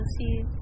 see